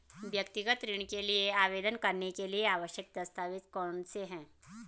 व्यक्तिगत ऋण के लिए आवेदन करने के लिए आवश्यक दस्तावेज़ कौनसे हैं?